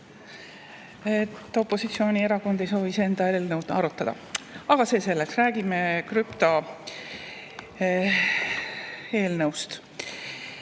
et opositsioonierakond ei soovi enda eelnõu arutada. Aga see selleks. Räägime krüptoeelnõust.